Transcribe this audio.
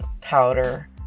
powder